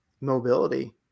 mobility